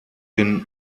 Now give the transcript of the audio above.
den